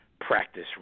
practice